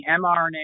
mRNA